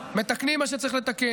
מתקנים מה שצריך לתקן.